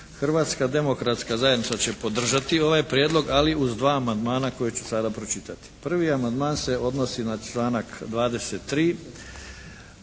Hrvatska demokratska zajednica će podržati ovaj prijedlog ali uz dva amandmana koja ću sada pročitati. Prvi amandman se odnosi na članak 23.